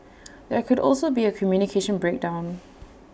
there could also be A communication breakdown